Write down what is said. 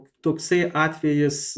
toksai atvejis